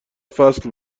فصل